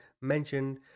mentioned